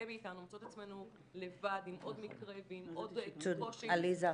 מאיתנו מוצאות את עצמנו לבד עם עוד מקרה ועם עוד --- יחד.